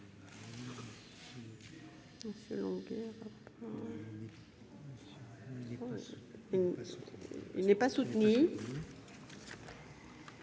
n'est pas soutenu.